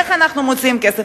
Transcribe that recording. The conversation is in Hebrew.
איך אנחנו מוציאים כסף.